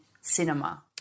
cinema